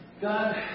God